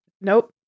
Nope